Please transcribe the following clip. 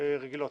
רגילות?